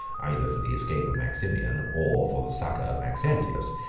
either for the escape of maximian, or for the succor of maxentius,